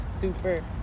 super